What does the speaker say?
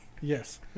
Yes